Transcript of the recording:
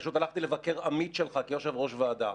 פשוט הלכתי לבקר עמית שלך כיושב-ראש ועדה.